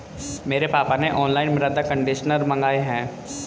मेरे पापा ने ऑनलाइन मृदा कंडीशनर मंगाए हैं